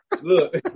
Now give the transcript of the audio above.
Look